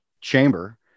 chamber